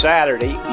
Saturday